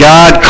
God